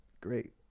Great